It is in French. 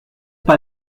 pas